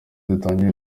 dutangire